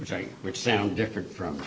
which i which sound different from